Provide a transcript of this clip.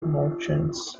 merchants